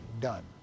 done